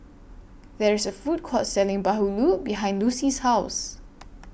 There IS A Food Court Selling Bahulu behind Lucie's House